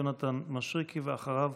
חבר הכנסת יונתן מישרקי, ואחריו,